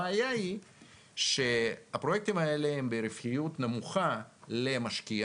הבעיה היא שהפרויקטים האלה הם ברווחיות נמוכה למשקיע